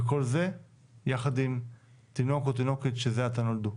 וכל זה יחד עם תינוק או תינוקת שזה עתה נולדו.